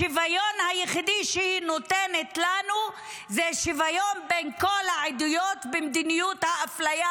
השוויון היחידי שהיא נותנת לנו זה שוויון בין כל העדות במדיניות האפליה.